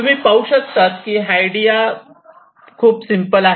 तुम्ही पाहू शकतात की ही आयडिया खूप सिम्पल आहे